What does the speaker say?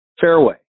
fairway